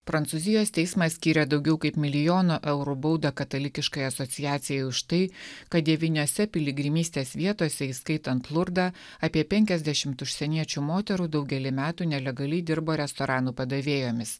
prancūzijos teismas skyrė daugiau kaip milijono eurų baudą katalikiškai asociacijai už tai kad devyniose piligrimystės vietose įskaitant lurdą apie penkiasdešimt užsieniečių moterų daugelį metų nelegaliai dirbo restoranų padavėjomis